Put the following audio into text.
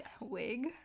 wig